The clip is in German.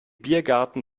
biergarten